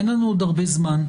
אין לנו עוד הרבה זמן,